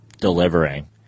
delivering